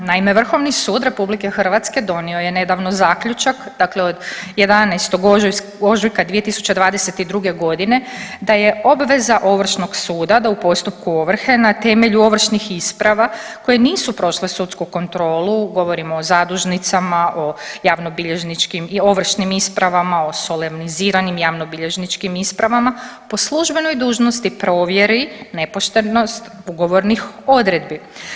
Naime, Vrhovni sud RH donio je nedavno zaključak dakle od 11. ožujka 2022. godine da je obveza ovršnog suda da u postupku ovrhe na temelju ovršnih isprava koje nisu prošle sudsku kontrolu, govorim o zadužnicama, o javno bilježničkim i ovršnim ispravama, o solemniziranim javnobilježničkim ispravama, po službenoj dužnosti provjeri nepoštednost ugovornih odredbi.